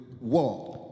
war